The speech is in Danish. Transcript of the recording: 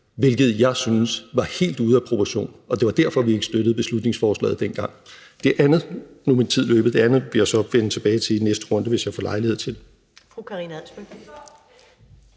hvilket jeg syntes var helt ude af proportioner, og det var derfor, vi ikke støttede beslutningsforslaget dengang. Nu er min taletid gået, så det andet spørgsmål vil jeg vende tilbage til i næste runde, hvis jeg får lejlighed til